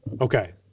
okay